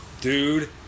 dude